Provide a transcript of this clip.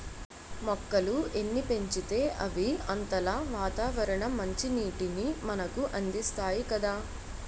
మొక్కలు ఎన్ని పెంచితే అవి అంతలా వాతావరణ మంచినీటిని మనకు అందిస్తాయి కదా